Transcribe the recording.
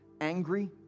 angry